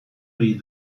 ohi